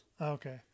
Okay